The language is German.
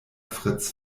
fritz